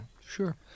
Sure